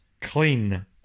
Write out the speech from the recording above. clean